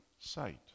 sight